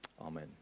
Amen